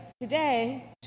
today